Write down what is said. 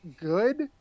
good